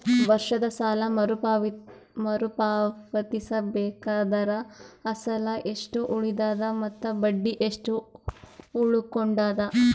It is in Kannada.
ವರ್ಷದ ಸಾಲಾ ಮರು ಪಾವತಿಸಬೇಕಾದರ ಅಸಲ ಎಷ್ಟ ಉಳದದ ಮತ್ತ ಬಡ್ಡಿ ಎಷ್ಟ ಉಳಕೊಂಡದ?